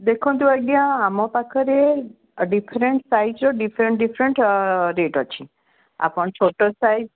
ଦେଖନ୍ତୁ ଆଜ୍ଞା ଆମ ପାଖରେ ଡିଫରେଣ୍ଟ ସାଇଜ୍ର ଡିଫରେଣ୍ଟ ଡିଫରେଣ୍ଟ ରେଟ୍ ଅଛି ଆପଣ ଛୋଟ ସାଇଜ୍